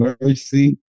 mercy